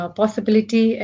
possibility